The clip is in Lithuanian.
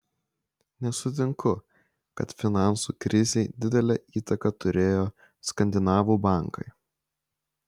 nesutinku kad finansų krizei didelę įtaką turėjo skandinavų bankai